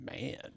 man